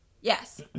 Yes